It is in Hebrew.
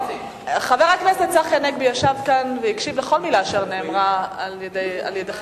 חבר הכנסת צחי הנגבי ישב כאן והקשיב לכל מלה אשר נאמרה על-ידיכם,